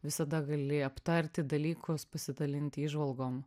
visada gali aptarti dalykus pasidalinti įžvalgom